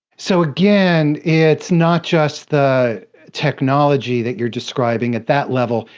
so again, it's not just the technology that you're describing. at that level,